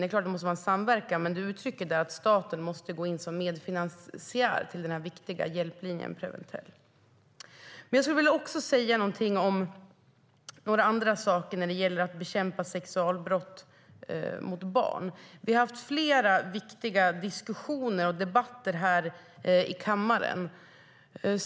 Det är klart att det måste vara en samverkan, men du uttrycker där att staten måste gå in som medfinansiär till den viktiga hjälplinjen Preventell. Jag skulle också vilja säga någonting om några andra saker när det gäller att bekämpa sexualbrott mot barn. Vi har haft flera viktiga diskussioner och debatter här i kammaren.